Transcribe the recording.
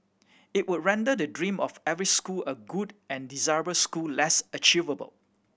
it would render the dream of every school a good and desirable school less achievable